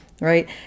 right